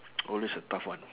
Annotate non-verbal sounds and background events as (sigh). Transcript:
(noise) oh this a tough one